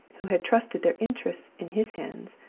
who had trusted their interests in his hands,